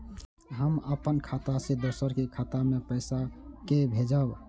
हम अपन खाता से दोसर के खाता मे पैसा के भेजब?